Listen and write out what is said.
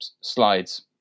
slides